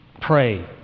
Pray